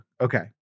Okay